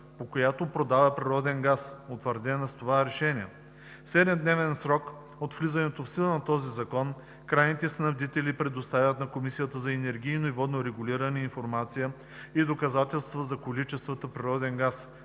по която продава природен газ, утвърдена с това решение. В 7-дневен срок от влизането в сила на този закон крайните снабдители предоставят на Комисията за енергийно и водно регулиране информация и доказателства за количествата природен газ,